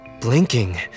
blinking